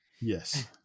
Yes